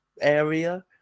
area